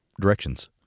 directions